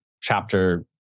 chapter